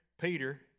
Peter